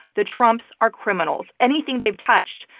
the trumps are criminals. anything they've touched,